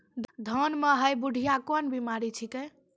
धान म है बुढ़िया कोन बिमारी छेकै?